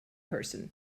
person